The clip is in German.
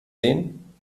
sehen